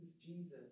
Jesus